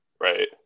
Right